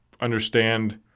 understand